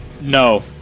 No